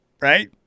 right